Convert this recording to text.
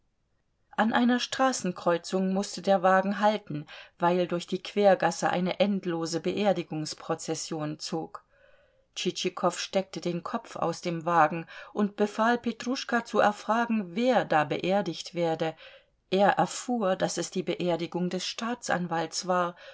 an einer straßenkreuzung mußte der wagen halten weil durch die quergasse eine endlose beerdigungsprozession zog tschitschikow steckte den kopf aus dem wagen und befahl petruschka zu erfragen wer da beerdigt werde er erfuhr daß es die beerdigung des staatsanwalts war